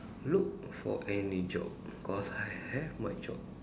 look for any job cause I have my job